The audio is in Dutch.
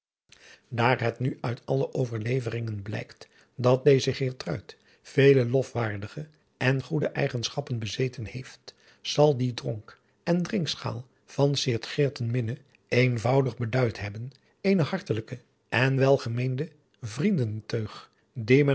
daar het nu uit alle overleveringen blijkt dat deze geertruid vele lofwaardige en goede eigenschappen bezeten heeft zal die dronk en drinkschaal van sint geerten minne eenvoudig beduid hebben eene hartelijke en welgemeende